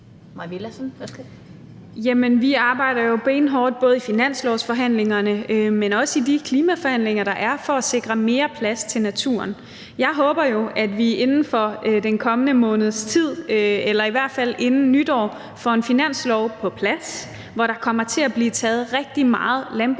vi arbejder jo benhårdt både i finanslovsforhandlingerne, men også i de klimaforhandlinger, der er, for at sikre mere plads til naturen. Jeg håber jo, at vi inden for den kommende måneds tid eller i hvert fald inden nytår får en finanslov på plads, hvor der kommer til at blive taget rigtig meget landbrugsjord